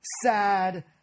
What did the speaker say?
sad